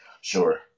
sure